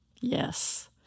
Yes